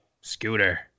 Scooter